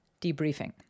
debriefing